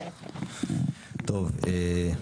טוב,